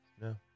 No